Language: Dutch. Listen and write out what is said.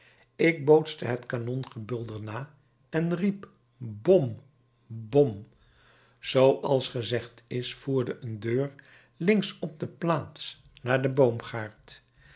ik bootste het kanongebulder na en riep bom bom zooals gezegd is voerde een deur links op de plaats naar den boomgaard